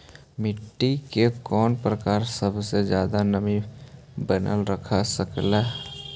मिट्टी के कौन प्रकार सबसे जादा नमी बनाएल रख सकेला?